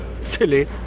silly